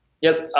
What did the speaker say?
Yes